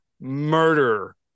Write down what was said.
murder